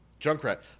junkrat